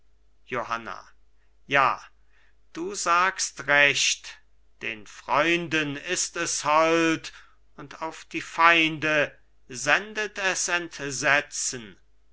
johanna ja du sagst recht den freunden ist es hold und auf die feinde sendet es entsetzen